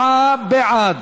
67 בעד,